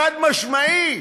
חד-משמעית.